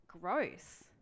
gross